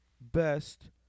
best